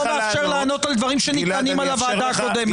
לא מאפשר לענות על דברים שנטענים על הוועדה הקודמת.